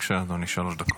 בבקשה אדוני, שלוש דקות.